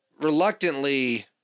reluctantly